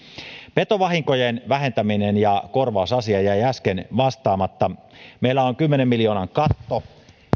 petovahinkojen vähentäminen ja korvausasia jäi äsken vastaamatta meillä on kymmenen miljoonan katto